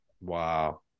Wow